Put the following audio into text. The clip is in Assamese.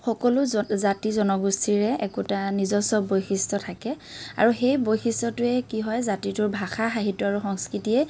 সকলো জ জাতি জনগোষ্ঠীৰে একোটা নিজস্ব বৈশিষ্ট্য থাকে আৰু সেই বৈশিষ্ট্যটোৱে কি হয় জাতিটোৰ ভাষা সাহিত্য আৰু সংস্কৃতিয়ে